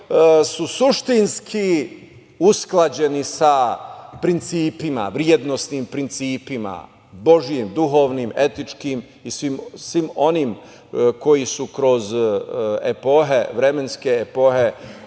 su suštinski usklađeni sa principima, vrednosnim principima, Božijim, duhovnim, etičkim i svim onim koji su kroz epohe